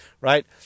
right